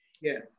Yes